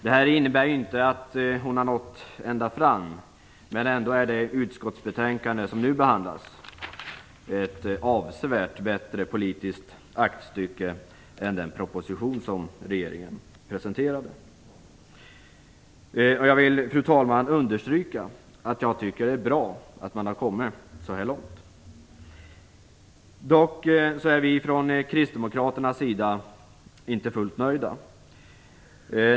Det innebär inte att hon har nått ända fram, men det utskottsbetänkande som nu behandlas är ett avsevärt bättre politiskt aktstycke än den proposition som regeringen presenterade. Fru talman! Jag vill understryka att jag tycker att det är bra att man har kommit så här långt. Dock är vi från kristdemokraterna inte fullt nöjda.